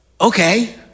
Okay